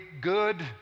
good